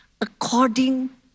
according